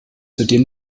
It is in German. zudem